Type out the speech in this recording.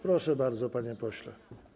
Proszę bardzo, panie pośle.